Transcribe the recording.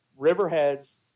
Riverheads –